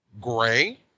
Gray